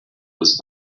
was